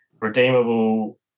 redeemable